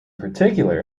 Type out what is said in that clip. particular